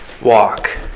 walk